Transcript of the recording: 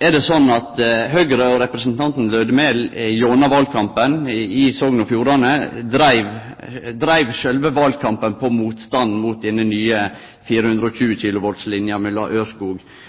Er det slik at Høgre og representanten Lødemel gjennom valkampen i Sogn og Fjordane dreiv sjølve valkampen på motstanden mot den nye 420 kV-linja mellom Ørskog